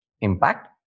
impact